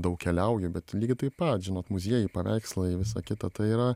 daug keliauju bet lygiai taip pat žinot muziejai paveikslai visa kita tai yra